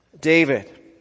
David